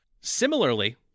Similarly